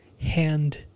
hand